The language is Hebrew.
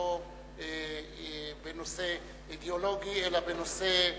ולא בנושא אידיאולוגי אלא בנושא